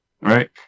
Right